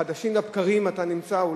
חדשים לבקרים אתה נמצא שם,